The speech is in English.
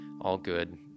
all-good